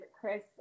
Chris